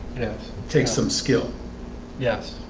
yeah takes some skill yeah,